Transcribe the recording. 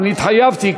אני התחייבתי,